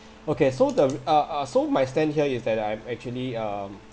okay so the re~ uh uh my stand here is that I'm actually um